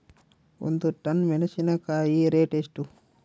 ಒಂದು ಟನ್ ಮೆನೆಸಿನಕಾಯಿ ರೇಟ್ ಎಷ್ಟು?